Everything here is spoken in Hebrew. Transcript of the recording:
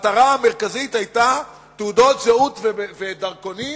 המטרה המרכזית היתה תעודות זהות ודרכונים